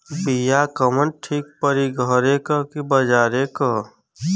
बिया कवन ठीक परी घरे क की बजारे क?